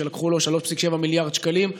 כשלקחו לו 3.7 מיליארד שקלים.